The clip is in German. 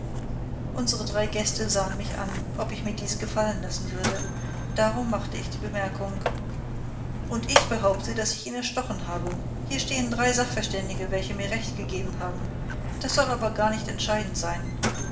unsere drei gäste sahen mich an ob ich mir dies gefallen lassen würde darum machte ich die bemerkung und ich behaupte daß ich ihn erstochen habe hier stehen drei sachverständige welche mir recht gegeben haben das soll aber gar nicht entscheidend sein